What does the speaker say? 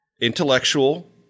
intellectual